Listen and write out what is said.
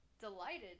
delighted